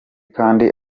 kandi